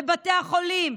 לבתי החולים,